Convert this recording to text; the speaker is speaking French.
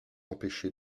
empêché